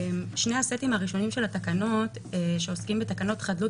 שני הסטים הראשונים של התקנות שעוסקים בתקנות חדלות